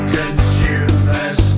consumers